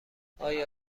آیا